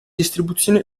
distribuzione